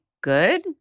good